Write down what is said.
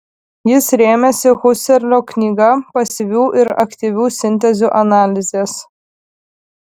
jis rėmėsi husserlio knyga pasyvių ir aktyvių sintezių analizės